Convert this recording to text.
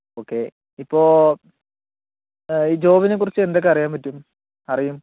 okay ഇപ്പോൾ ഈ ജോബിനെക്കുറിച്ച് എന്തൊക്കെ അറിയാൻ പറ്റും അറിയും